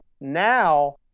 now